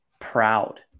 proud